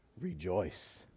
rejoice